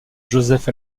joseph